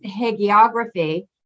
hagiography